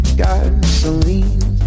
gasoline